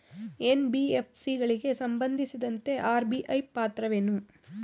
NBFC ಗಳಿಗೆ ಸಂಬಂಧಿಸಿದಂತೆ RBI ಪಾತ್ರವೇನು?